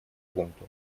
пункту